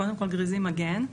קודם כל גריזים מגן.